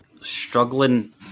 struggling